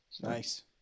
Nice